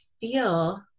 feel